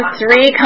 three